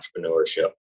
entrepreneurship